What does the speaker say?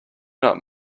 not